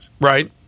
Right